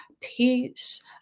peace